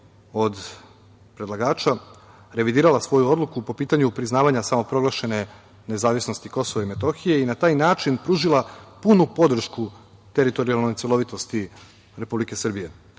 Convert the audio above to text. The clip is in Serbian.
od predlagača, revidirala svoju odluku po pitanju priznavanja samoproglašene nezavisnosti Kosova i Metohije i na taj način pružila punu podršku teritorijalnoj celovitosti Republike Srbije.